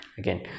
again